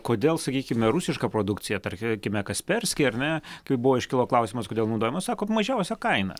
kodėl sakykime rusiška produkcija tarkime kasperski ar ne kaip buvo iškilo klausimas kodėl naudojama nu sako mažiausia kaina